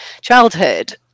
childhood